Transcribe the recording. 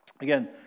Again